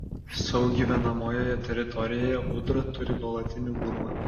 savo gyvenamojoje teritorijoje ūdra turi nuolatinį urvą